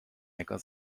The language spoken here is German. hacker